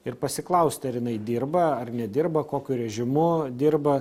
ir pasiklausti ar jinai dirba ar nedirba kokiu režimu dirba